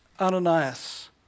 Ananias